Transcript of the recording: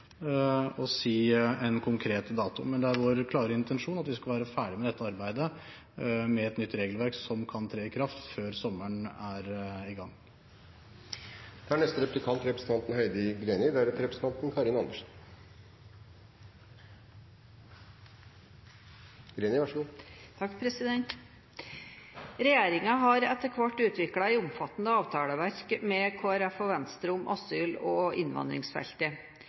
å si en konkret dato, men det er vår klare intensjon at vi skal være ferdig med dette arbeidet med et nytt regelverk som kan tre i kraft før sommeren er i gang. Regjeringen har etter hvert utviklet et omfattende avtaleverk med Kristelig Folkeparti og Venstre om asyl- og innvandringsfeltet. Tilleggsavtalen som ble inngått denne måneden, er kjent som et tillegg til samarbeidsavtalen mellom regjeringen og